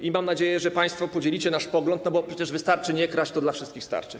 I mam nadzieję, że państwo podzielicie nasz pogląd, bo przecież wystarczy nie kraść, to dla wszystkich starczy.